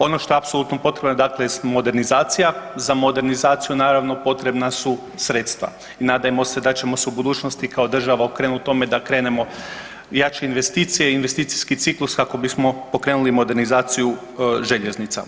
Ono šta apsolutno je potrebno dakle jest modernizacija, za modernizaciju naravno potrebna su sredstva i nadajmo se da ćemo se u budućnosti kao država okrenut tome da krenemo u jače investicije i investicijski ciklus kako bismo okrenuli modernizaciju željeznica.